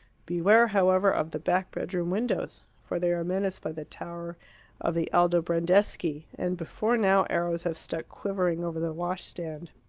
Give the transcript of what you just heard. beware, however, of the back bedroom windows. for they are menaced by the tower of the aldobrandeschi, and before now arrows have stuck quivering over the washstand.